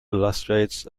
illustrates